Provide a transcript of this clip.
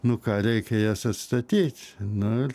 nu ką reikia jas atstatyt nu ir